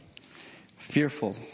fearful